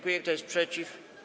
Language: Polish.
Kto jest przeciw?